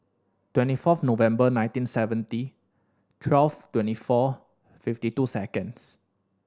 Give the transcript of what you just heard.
twenty first November nineteen seventy twelve twenty four fifty two seconds